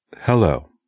Hello